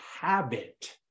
habit